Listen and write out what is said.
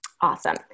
Awesome